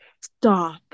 stop